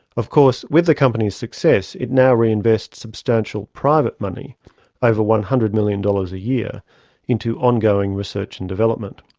of course with the company's success it now reinvests substantial private money over one hundred million dollars a year into ongoing research and development.